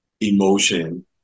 emotion